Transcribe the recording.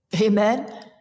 Amen